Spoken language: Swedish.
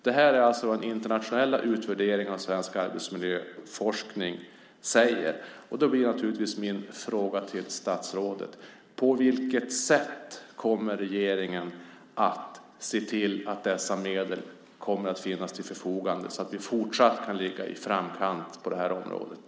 Det här är alltså vad internationella utvärderingar av svensk arbetsmiljöforskning säger. Då blir naturligtvis min fråga till statsrådet: På vilket sätt kommer regeringen att se till att dessa medel kommer att finnas till förfogande så att vi fortsatt kan ligga i framkant på det här området?